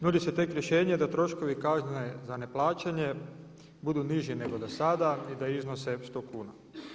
Nudi se tek rješenje da troškovi kazne za neplaćanje budu niži nego dosada i da iznose 100 kuna.